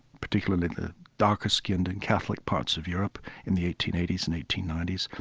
particularly the darker-skinned in catholic parts of europe in the eighteen eighty s and eighteen ninety s.